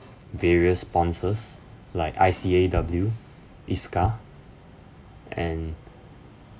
various sponsors like I_C_A_W I_S_C_A and